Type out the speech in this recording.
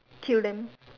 kill them